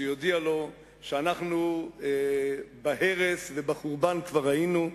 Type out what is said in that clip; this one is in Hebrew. שיודיע לו שבהרס ובחורבן כבר היינו,